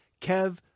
Kev